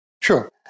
Sure